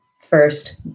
first